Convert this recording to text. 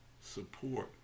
support